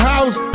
house